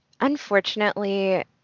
Unfortunately